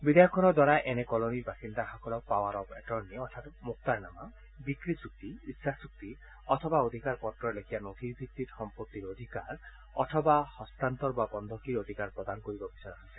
বিধেয়কখনৰ দ্বাৰা এনে কলনিৰ বাসিন্দাসকলক পাৱাৰ অব্ এটৰ্ণি অৰ্থাৎ মোক্তাৰনামা বিক্ৰী চুক্তি ইচ্ছা চুক্তি অথবা অধিকাৰপত্ৰ লেখীয়া নথিৰ ভিত্তিত সম্পত্তিৰ অধিকাৰ অথবা হস্তান্তৰ বা বন্ধকীৰ অধিকাৰ প্ৰদান কৰিব বিচৰা হৈছে